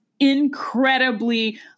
incredibly